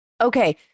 Okay